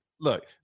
Look